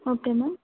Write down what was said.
okay ma'am